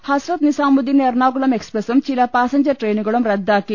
ഹസ്രത്ത് നിസാമുദ്ദീൻ എറണാകുളം എക്സ്പ്രസും ചില പാസഞ്ചർ ട്രെയിനുകളും റദ്ദാക്കി